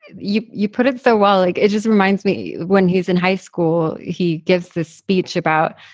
you you put it so well. like it just reminds me, when he's in high school, he gives the speech about,